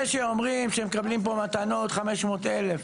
זה שאומרים שמקבלים פה מתנות 500,000,